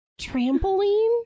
Trampoline